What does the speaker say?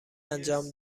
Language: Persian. انجام